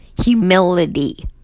humility